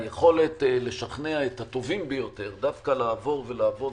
היכולת לשכנע את הטובים ביותר לעבור ולעבוד